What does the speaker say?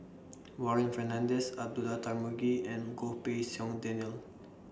Warren Fernandez Abdullah Tarmugi and Goh Pei Siong Daniel